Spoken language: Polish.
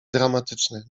dramatycznych